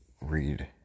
read